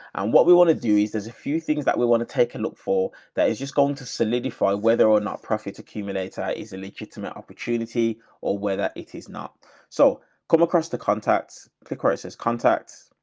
and what we want to do is there's a few things that we want to take a look for that is just going to solidify whether or not profit accumulator is a legitimate opportunity or whether it is not so common across the contacts, the crisis contacts.